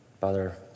Father